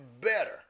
better